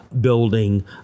building